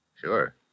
Sure